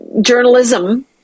journalism